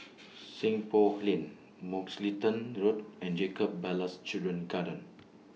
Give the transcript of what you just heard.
Seng Poh Lane Mugliston Road and Jacob Ballas Children's Garden